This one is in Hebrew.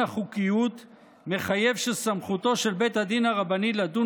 החוקיות מחייב שסמכותו של בית הדין הרבני לדון,